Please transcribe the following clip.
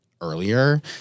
earlier